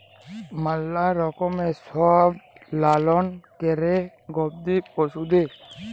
ম্যালা রকমের সব লালল ক্যরে গবাদি পশুদের